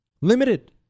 limited